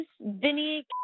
Vinny